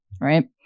right